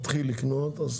מתחיל לקנות,